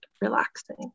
relaxing